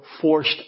forced